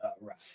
Right